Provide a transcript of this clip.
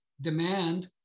demand